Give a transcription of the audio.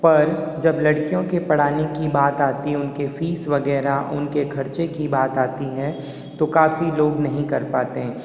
पर जब लड़कियों के पढ़ाने की बात आती है उनके फ़ीस वगैरह उनके खर्चे की बात आती है तो काफ़ी लोग नहीं कर पाते हैं